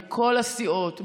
מכל הסיעות,